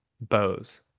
bows